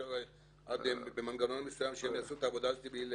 אפשר במנגנון מסוים שהם יעשו את העבודה הזאת בלי סרבול?